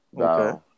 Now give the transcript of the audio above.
Okay